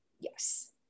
Yes